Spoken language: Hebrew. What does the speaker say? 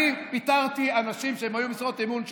אני פיטרתי אנשים שהיו משרות אמון שלי.